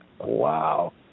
Wow